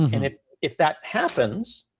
and if if that happens,